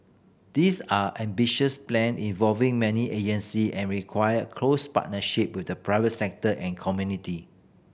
these are ambitious plan involving many agency and require close partnership with the private sector and community